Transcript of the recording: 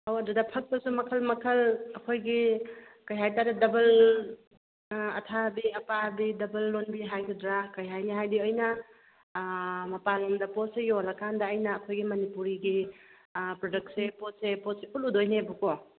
ꯑꯣ ꯑꯗꯨꯗ ꯐꯛꯇꯨꯨꯁꯨ ꯃꯈꯜ ꯃꯈꯜ ꯑꯩꯈꯣꯏꯒꯤ ꯀꯩꯍꯥꯏꯇꯥꯔꯦ ꯗꯕꯜ ꯑꯥ ꯑꯊꯥꯕꯤ ꯑꯄꯥꯕꯤ ꯗꯕꯜ ꯂꯣꯟꯕꯤ ꯍꯥꯏꯒꯗ꯭ꯔꯥ ꯀꯔꯤ ꯍꯥꯏꯅꯤ ꯍꯥꯏꯕꯗꯤ ꯑꯩꯅ ꯑꯥ ꯃꯄꯥꯟ ꯂꯝꯗ ꯄꯣꯠꯁꯦ ꯌꯣꯜꯂ ꯀꯥꯟꯗ ꯑꯩꯅ ꯑꯩꯈꯣꯏꯒꯤ ꯃꯅꯤꯄꯨꯔꯤꯒꯤ ꯑꯥ ꯄ꯭ꯔꯗꯛꯁꯦ ꯄꯣꯠꯁꯦ ꯄꯣꯠꯁꯦ ꯎꯠꯂꯨꯗꯣꯏꯅꯦꯕꯀꯣ